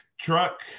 truck